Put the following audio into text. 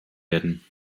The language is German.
werden